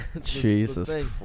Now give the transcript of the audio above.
Jesus